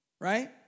Right